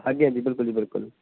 ਹਾਂਜੀ ਹਾਂਜੀ ਬਿਲਕੁਲ ਜੀ ਬਿਲਕੁਲ